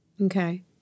Okay